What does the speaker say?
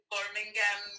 Birmingham